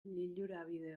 lilurabide